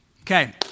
Okay